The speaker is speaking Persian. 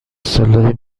صلاحی